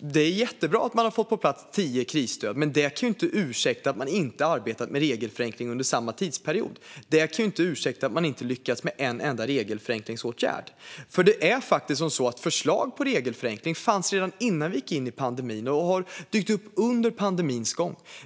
Det är jättebra att man har fått på plats tio krisstöd, men det kan inte ursäkta att man inte har arbetat med regelförenkling under samma tidsperiod. Det kan inte ursäkta att man inte har lyckats med en enda regelförenklingsåtgärd. Förslag på regelförenklingar fanns redan innan vi gick in i pandemin och har dykt upp under pandemins gång.